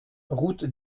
route